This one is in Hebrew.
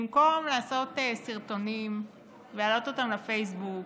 במקום לעשות סרטונים ולהעלות אותם לפייסבוק